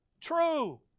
True